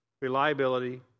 reliability